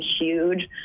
huge